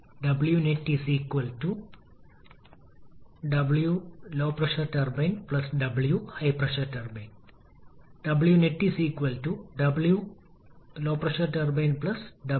അന്തിമ അനുമാനമായി T 1 TB എന്നിവ പരസ്പരം തുല്യമാണെന്ന് ഒരു തികഞ്ഞ ഇന്റർകൂളിംഗ് നമ്മൾ അനുമാനിച്ചു